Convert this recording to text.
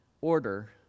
order